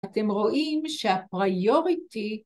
‫אתם רואים שהפריוריטי...